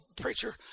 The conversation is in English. preacher